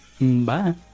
Bye